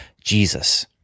Jesus